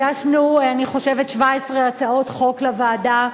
הגשנו, אני חושבת, 17 הצעות חוק לוועדה.